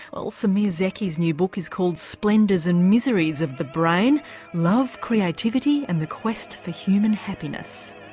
well semir zeki's new book is called splendours and miseries of the brain love, creativity and the quest for human happiness.